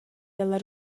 dalla